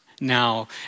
now